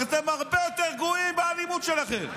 אתם הרבה יותר גרועים באלימות שלכם.